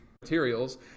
materials